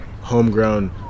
homegrown